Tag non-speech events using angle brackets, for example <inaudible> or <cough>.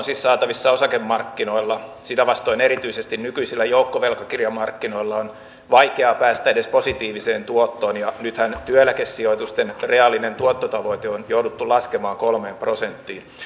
<unintelligible> siis saatavissa osakemarkkinoilla sitä vastoin erityisesti nykyisillä joukkovelkakirjamarkkinoilla on vaikea päästä edes positiiviseen tuottoon ja nythän työeläkesijoitusten reaalinen tuottotavoite on jouduttu laskemaan kolmeen prosenttiin